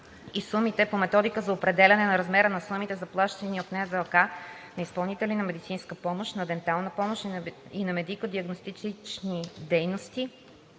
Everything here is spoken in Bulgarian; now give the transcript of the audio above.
и сумите по „Методика за определяне на размера на сумите, заплащани от НЗОК на изпълнители на медицинска помощ, на дентална помощ и на медико-диагностични дейности